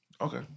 Okay